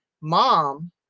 mom